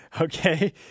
Okay